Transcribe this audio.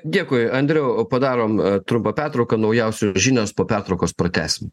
dėkui andriau padarom trumpą pertrauką naujausios žinios po pertraukos pratęsim